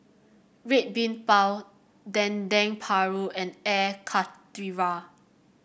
Red Bean Bao Dendeng Paru and Air Karthira